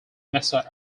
mesa